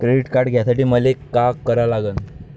Credit card घ्यासाठी मले का करा लागन?